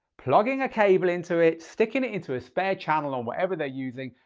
plugging a cable into it, sticking it into a spare channel or whatever they're using,